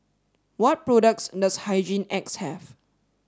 what products does Hygin X have